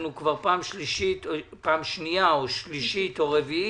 אנחנו כבר פעם שניה או שלישית -- שלישית.